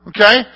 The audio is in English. Okay